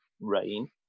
rain